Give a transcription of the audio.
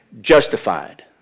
justified